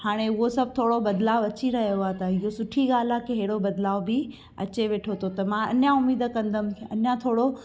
हाणे उहो सभु थोरो बदिलाव अची रहियो आहे त इहो सुठी ॻाल्हि आहे की हेड़ो बदिलाव बि अचे वेठो थो त मां अञा उमिद कंदमि अञा थोरो